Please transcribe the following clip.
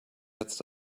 jetzt